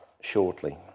shortly